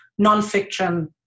nonfiction